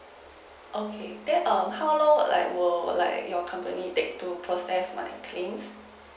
okay then err how long would like would like your company take to process my claim